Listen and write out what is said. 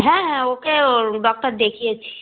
হ্যাঁ হ্যাঁ ওকে ওর ডক্টর দেখিয়েছি